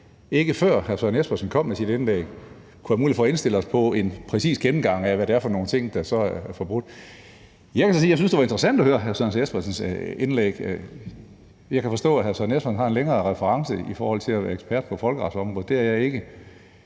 ikke, før hr. Søren Espersen kom med i sit indlæg, kunne have mulighed for at indstille os på en præcis gennemgang af, hvad det er for nogle ting, der er blevet forbrudt sig mod. Jeg kan så sige, at jeg synes, det var interessant at høre hr. Søren Espersens indlæg. Jeg kan forstå, at hr. Søren Espersen har en længere reference i forhold til at være ekspert på folkeretsområdet; det er jeg ikke.